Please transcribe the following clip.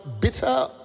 bitter